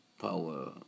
power